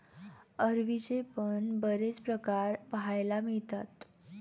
अरवीचे पण बरेच प्रकार पाहायला मिळतात